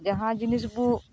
ᱡᱟᱦᱟᱸ ᱡᱤᱱᱤᱥᱵᱚ